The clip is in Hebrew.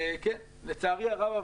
את --- לצערי הרב,